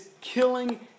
killing